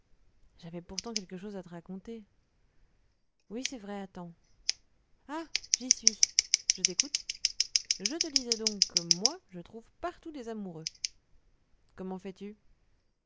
j'avais pourtant quelque chose à te raconter oui c'est vrai attends ah j'y suis je t'écoute je te disais donc que moi je trouve partout des amoureux comment fais-tu